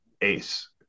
Ace